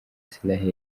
israel